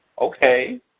Okay